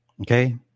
okay